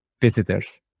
visitors